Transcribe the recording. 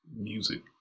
music